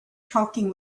talking